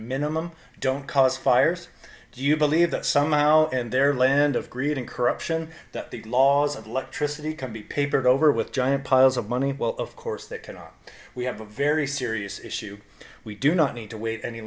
minimum don't cause fires do you believe that somehow and their land of greed and corruption that the laws of electricity can be papered over with giant piles of money well of course that cannot we have a very serious issue we do not need to wait any